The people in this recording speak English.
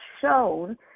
shown